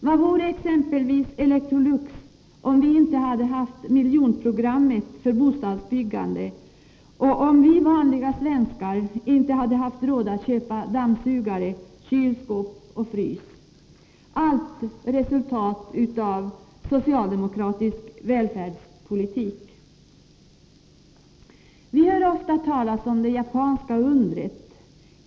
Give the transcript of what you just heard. Vad vore exempelvis Electrolux, om vi inte hade haft miljonprogrammet för bostadsbyggande och om vi vanliga svenskar inte hade haft råd att köpa dammsugare, kyl och frys, allt resultat av socialdemokratisk välfärdspolitik? Vi hör ofta talas om det japanska undret.